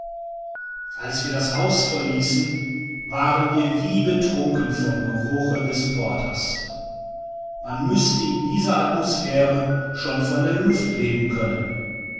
als wir das haus verließen waren wir wie betrunken vom geruche des porters man müßte in dieser atmosphäre schon von der luft leben können